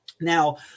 Now